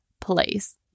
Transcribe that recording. place